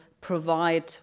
provide